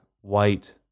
white